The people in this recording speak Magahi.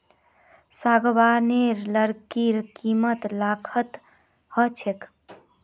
सागवानेर लकड़ीर कीमत लाखत ह छेक